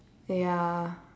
oh ya